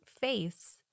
face